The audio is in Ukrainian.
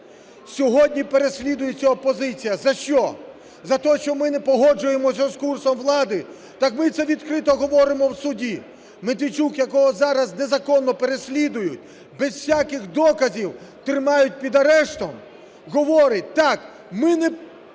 Сьогодні переслідується опозиція за що, за те, що ми не погоджуємося із курсом влади? Так ми це відкрито говоримо в суді. Медведчук, якого зараз незаконно переслідують, без всяких доказів тримають під арештом, говорить: "Так, ми не згодні